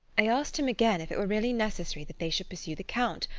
i asked him again if it were really necessary that they should pursue the count,